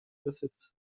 besitz